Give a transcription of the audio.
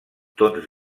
tons